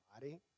body